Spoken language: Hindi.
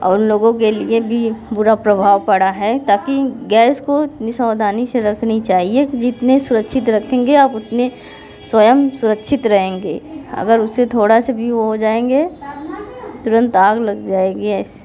और उन लोगों के लिए भी बुरा प्रभाव पड़ा है ताकि गैस को नि सावधानी से रखनी चाहिए कि जितने सुरक्षित रखेंगे आप उतने स्वयं सुरक्षित रहेंगे अगर उसे थोड़ा सा भी वो हो जाएँगे तुरंत आग लग जाएगी ऐसे